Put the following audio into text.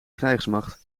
krijgsmacht